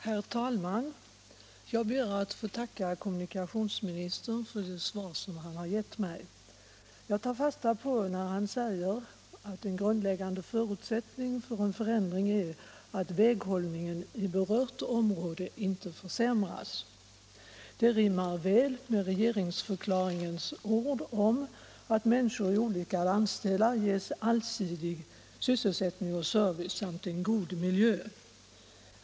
Herr talman! Jag ber att få tacka kommunikationsministern för svaret. Jag tar fasta på kommunikationsministerns uttalande att en grundläggande förutsättning för en förändring är att väghållningen i berört område inte försämras. Det rimmar väl med regeringsförklaringens ord om att människor i olika landsdelar skall ges allsidig sysselsättning och service samt en god miljö.